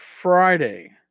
Friday